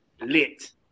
lit